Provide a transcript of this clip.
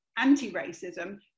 anti-racism